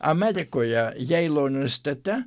amerikoje jeilo universitete